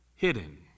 Hidden